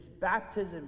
baptism